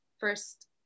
first